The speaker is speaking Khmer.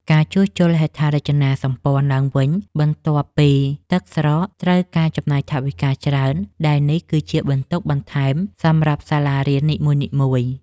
ការជួសជុលហេដ្ឋារចនាសម្ព័ន្ធឡើងវិញបន្ទាប់ពីទឹកស្រក ត្រូវការចំណាយថវិកាច្រើន ដែលនេះ គឺជាបន្ទុកបន្ថែមសម្រាប់សាលារៀននីមួយៗ។